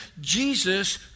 Jesus